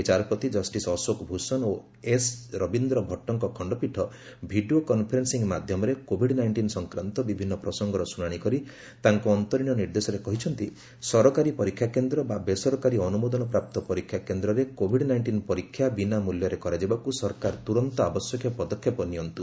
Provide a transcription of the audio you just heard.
ବିଚାରପତି ଜଷ୍ଟିସ୍ ଅଶୋକ ଭୂଷଣ ଓ ଏସ୍ ରବୀନ୍ଦ୍ରଭଟ୍ଟଙ୍କ ଖଣ୍ଡପୀଠ ଭିଡ଼ିଓ କନ୍ଫରେନ୍ସିଂ ମାଧ୍ୟମରେ କୋଭିଡ୍ ନାଇଷ୍ଟିନ୍ ସଫକ୍ରାନ୍ତ ବିଭିନ୍ନ ପ୍ରସଙ୍ଗର ଶୁଣାଣି କରି ତାଙ୍କ ଅନ୍ତରୀଣ ନିର୍ଦ୍ଦେଶରେ କହିଛନ୍ତି ସରକାରୀ ପରୀକ୍ଷାକେନ୍ଦ୍ର ହେଉ ବା ବେସରକାରୀ ଅନୁମୋଦନ ପ୍ରାପ୍ତ ପରୀକ୍ଷା କେନ୍ଦ୍ରରେ କୋଭିଡ୍ ନାଇଷ୍ଟିନ୍ ପରୀକ୍ଷା ବିନା ମୂଲ୍ୟରେ କରାଯିବାକୁ ସରକାର ତୁରନ୍ତ ଆବଶ୍ୟକୀୟ ପଦକ୍ଷେପ ନିଅନ୍ତୁ